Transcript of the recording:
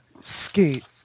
skate